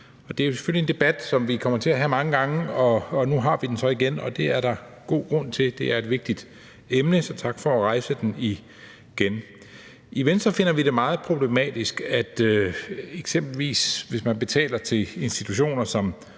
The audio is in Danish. det er selvfølgelig en debat, som vi kommer til at have mange gange, og nu har vi den så igen, og det er der god grund til. Det er et vigtigt emne, så tak for at rejse debatten igen. I Venstre finder vi det meget problematisk, hvis man eksempelvis betaler til institutioner som